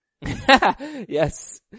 Yes